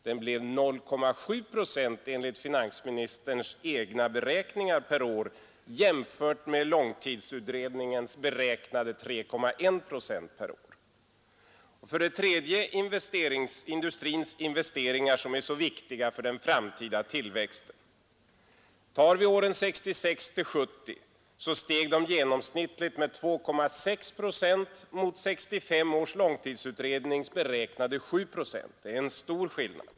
Den blev 0,7 procent per år enligt finansministerns egna beräkningar, jämfört med långtidsutredningens beräknade 3,1 procent per år. För det tredje har vi industrins investeringar som är så viktiga för den framtida tillväxten. Tar vi åren 1966—1970 så steg de genomsnittligt med 2,6 procent mot 1965 års långtidsutrednings beräknade 7 procent. Det är en stor skillnad.